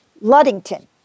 Luddington